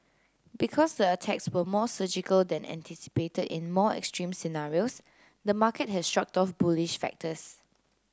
because the attacks were more surgical than anticipated in more extreme scenarios the market has shrugged off bullish factors